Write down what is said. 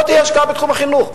שתהיה השקעה בתחום החינוך.